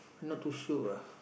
not too sure